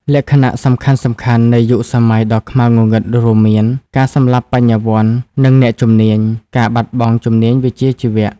លក្ខណៈសំខាន់ៗនៃយុគសម័យដ៏ខ្មៅងងឹតនេះរួមមាន ការសម្លាប់បញ្ញវន្ត និងអ្នកជំនាញ ការបាត់បង់ជំនាញវិជ្ជាជីវៈ។